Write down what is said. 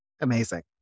Amazing